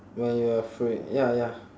when you are free ya ya